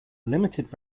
limited